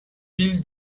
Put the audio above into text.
ville